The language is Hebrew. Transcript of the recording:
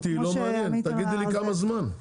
אותי לא מעניין, תגידי לי כמה זמן.